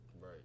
Right